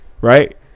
right